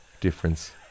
difference